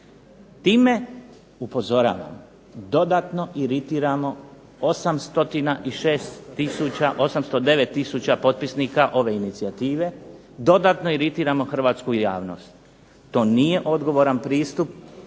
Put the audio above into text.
Time upozoravam dodatno iritiramo 809 tisuća potpisnika ove inicijative, dodatno iritiramo hrvatsku javnost. To nije odgovoran pristup